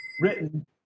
Written